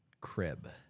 crib